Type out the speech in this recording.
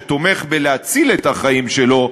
שתומך בהצלת החיים שלו,